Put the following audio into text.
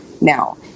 now